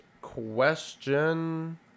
question